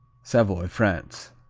savoy, france.